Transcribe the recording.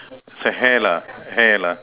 the hair lah hair lah